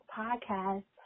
podcast